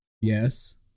Yes